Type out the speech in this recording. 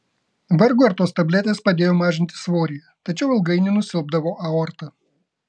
vargu ar tos tabletės padėjo mažinti svorį tačiau ilgainiui nusilpdavo aorta